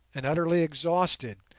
and utterly exhausted,